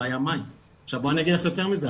היה מים - עכשיו בוא אני אגיד לך יותר מזה,